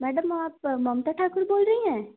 madam आप ममता ठाकुर बोल रही हैं